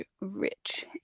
rich